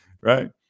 Right